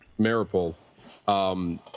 Maripol